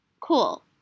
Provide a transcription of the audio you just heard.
Cool